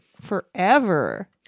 forever